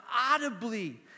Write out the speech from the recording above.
audibly